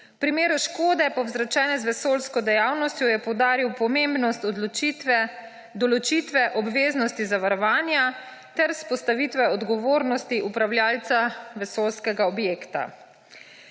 V primeru škode, povzročene z vesoljsko dejavnostjo, je poudaril pomembnost določitve obveznosti zavarovanja ter vzpostavitev odgovornosti upravljavca vesoljskega objekta.